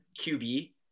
QB